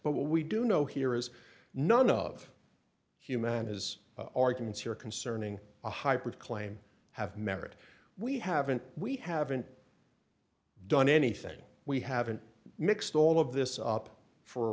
but what we do know here is none of humanity's arguments here concerning a hybrid claim have merit we haven't we haven't done anything we haven't mixed all of this up for a